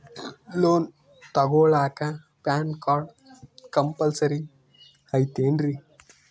Loan ತೊಗೊಳ್ಳಾಕ PAN card compulsory ಐಯ್ತೇನ್ರಿ?